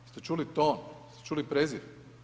Jeste čuli ton, jeste čuli prezir?